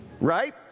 Right